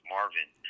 Marvin